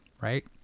Right